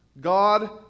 God